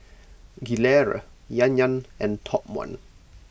Gilera Yan Yan and Top one